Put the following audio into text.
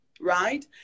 right